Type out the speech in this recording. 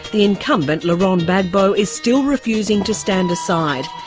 the incumbent laurent gbagbo, is still refusing to stand aside.